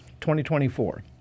2024